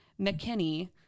McKinney